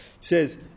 Says